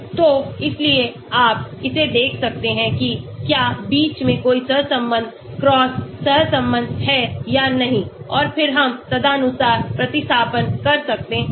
तो इसलिए आप इसे देख सकते हैं कि क्या बीच में कोई सहसंबंध क्रॉस सहसंबंध है या नहीं और फिर हम तदनुसार प्रतिस्थापन कर सकते हैं